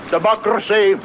Democracy